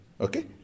Okay